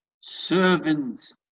servant's